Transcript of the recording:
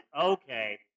okay